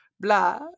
blah